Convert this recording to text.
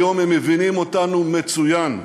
היום הם מבינים אותנו מצוין.